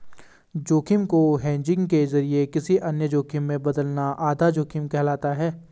जोखिम को हेजिंग के जरिए किसी अन्य जोखिम में बदलना आधा जोखिम कहलाता है